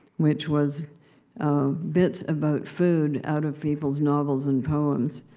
which was bits about food out of people's novels and poems.